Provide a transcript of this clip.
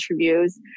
interviews